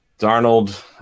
Darnold